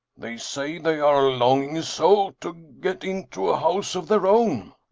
they say they are longing so to get into a house of their own.